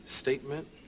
statement